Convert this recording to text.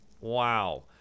Wow